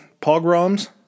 Pogroms